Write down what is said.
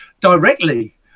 directly